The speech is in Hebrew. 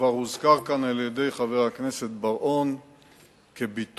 וכבר הזכיר כאן חבר הכנסת בר-און כביטוי,